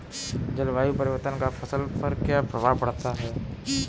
जलवायु परिवर्तन का फसल पर क्या प्रभाव पड़ेगा?